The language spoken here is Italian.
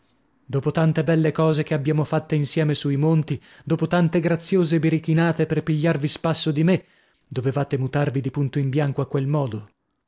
dopo tante belle cose che abbiamo fatte insieme sui monti dopo tante graziose birichinate per pigliarvi spasso di me dovevate mutarvi di punto in bianco a quel modo